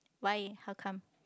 why how come